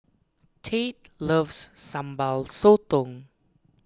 Tate loves Sambal Sotong